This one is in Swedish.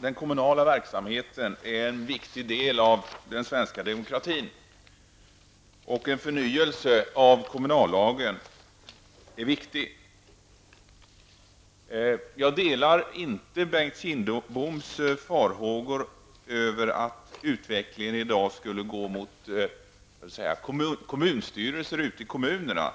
Den kommunala verksamheten är en viktig del av den svenska demokratin. En förnyelse av kommunallagen är viktig. Jag delar inte Bengt Kindboms farhågor över att utvecklingen i dag skulle gå mot kommunstyrelser ute i kommunerna.